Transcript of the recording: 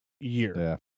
year